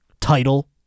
title